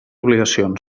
obligacions